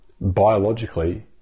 biologically